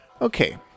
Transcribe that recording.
Okay